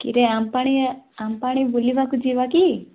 କିରେ ଆମପାଣି ଆମପାଣି ବୁଲିବାକୁ ଯିବା କି